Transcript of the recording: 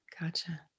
Gotcha